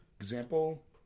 example